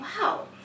wow